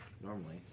Normally